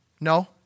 No